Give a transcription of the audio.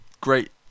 great